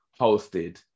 hosted